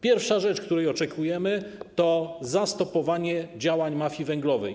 Pierwsza rzecz, której oczekujemy, to zastopowanie działań mafii węglowej.